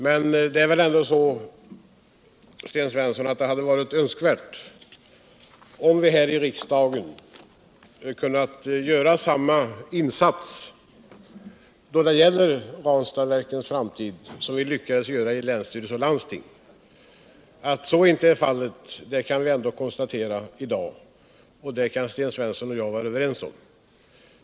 Men det hade varit önskvärt, Sten Svensson, att vi här i riksdagen hade kunnat göra samma insats för Ranstadverkets framtid som vi lyckades göra i länsstyrelsen och landstinget. Att så inte blev fallet kan vi konstatera i dag. och det kan Sten Svensson och jag vara överens om.